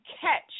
catch